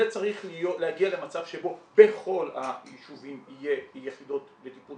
זה צריך להגיע למצב שבו בכל היישובים יהיו יחידות לטיפול